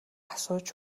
асууж